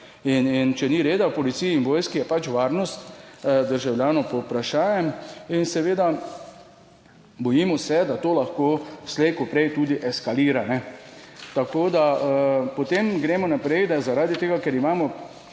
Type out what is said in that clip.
In če ni reda v policiji in vojski, je pač varnost državljanov pod vprašajem. In seveda, bojimo se, da to lahko slej ko prej tudi eskalira, tako da... Potem gremo naprej, da zaradi tega, ker imamo